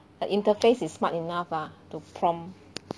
the interface is smart enough ah to prompt